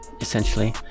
essentially